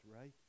right